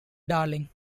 darling